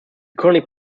currently